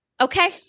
Okay